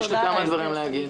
יש לי מספר דברים להגיד.